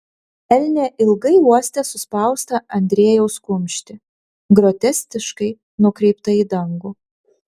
elnė ilgai uostė suspaustą andriejaus kumštį groteskiškai nukreiptą į dangų